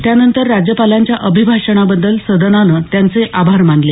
त्यानंतर राज्यपालांच्या अभिभाषणाबद्दल सदनानं त्यांचे आभार मानले